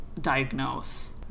diagnose